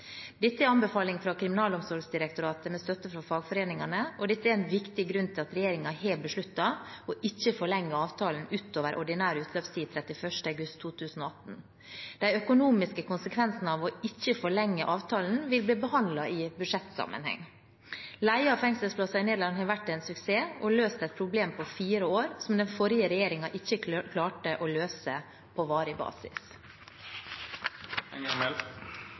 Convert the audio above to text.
Dette er en anbefaling fra Kriminalomsorgsdirektoratet med støtte fra fagforeningene og en viktig grunn til at regjeringen har besluttet ikke å forlenge avtalen utover ordinær utløpstid 31. august 2018. De økonomiske konsekvensene av ikke å forlenge avtalen vil bli behandlet i budsjettsammenheng. Leie av fengselsplasser i Nederland har vært en suksess og på fire år løst et problem som den forrige regjeringen ikke klarte å løse på varig